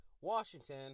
Washington